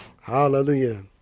Hallelujah